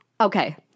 Okay